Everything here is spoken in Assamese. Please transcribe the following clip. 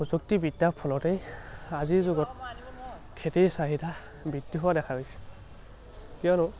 প্ৰযুক্তিবিদ্যাৰ ফলতেই আজিৰ যুগত খেতিৰ চাহিদা বৃদ্ধি হোৱা দেখা গৈছে কিয়নো